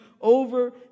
over